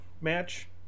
Match